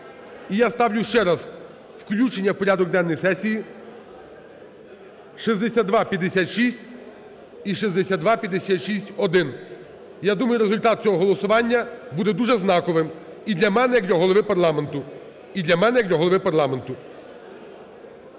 І я ставлю ще раз включення в порядок денний сесії 6256 і 6256-1. Я думаю, результат цього голосування буде дуже знаковим і для мене як для Голови парламенту.